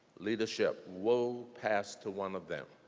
leadership will pass to one of them.